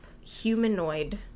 humanoid